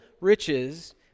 riches